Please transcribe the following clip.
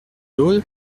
lot